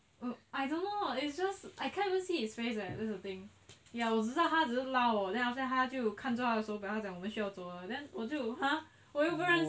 I don't know it's just I can't even see his face eh that's the thing ya 我只是知道他只是拉我 then after that 他就看住他手表他讲我们需要走了 then 我就 !huh!